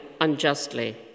unjustly